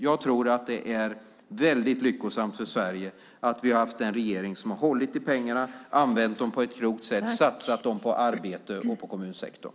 Jag tror att det är väldigt lyckosamt för Sverige att vi har haft en regering som har hållit i pengarna, använt dem på ett klokt sätt och satsat dem på arbete och på kommunsektorn.